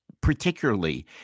particularly